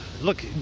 Look